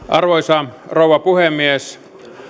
arvoisa rouva puhemies